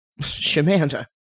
Shamanda